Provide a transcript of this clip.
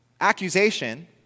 accusation